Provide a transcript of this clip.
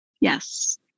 Yes